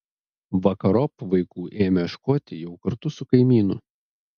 vakarop vaikų ėmė ieškoti jau kartu su kaimynu